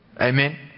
Amen